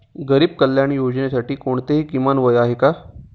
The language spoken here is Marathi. गरीब कल्याण योजनेसाठी कोणतेही किमान वय आहे का?